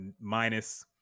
minus